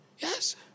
Yes